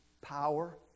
power